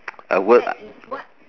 a word